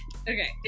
Okay